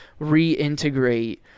reintegrate